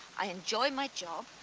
i enjoy my job.